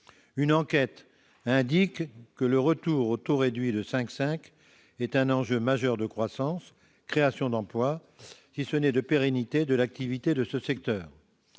Une enquête indique que le retour au taux réduit de 5,5 % est un enjeu majeur de croissance et de création d'emplois, si ce n'est de pérennité de l'activité de ce secteur.